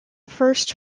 first